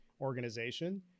organization